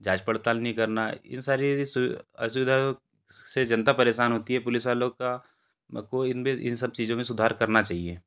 जाँच पड़ताल नहीं करना इन सारी असुविधाओं से जनता परेशान होती है पुलिस वालों का को इन पर इन सब चीज़ों में सुधार करना चाहिए